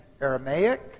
Aramaic